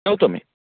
ठेवतो मी